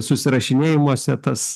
susirašinėjimuose tas